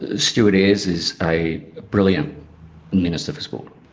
ah stuart ayres is a brilliant minister for sport,